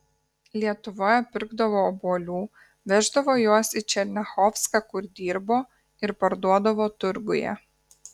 lietuvoje pirkdavo obuolių veždavo juos į černiachovską kur dirbo ir parduodavo turguje